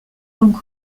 donc